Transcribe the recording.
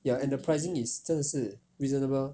ya and the pricing is 真的是 reasonable